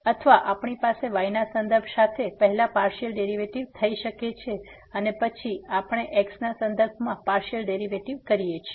અથવા આપણી પાસે y ના સંદર્ભ સાથે પહેલા પાર્સીઅલ ડેરીવેટીવ થઈ શકે છે અને પછી આપણે x ના સંદર્ભમાં પાર્સીઅલ ડેરીવેટીવ કરીએ છીએ